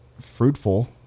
fruitful